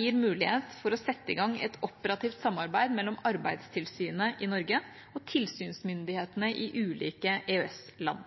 gir mulighet for å sette i gang et operativt samarbeid mellom Arbeidstilsynet i Norge og tilsynsmyndighetene i ulike EØS-land.